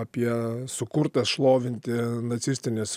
apie sukurtas šlovinti nacistinės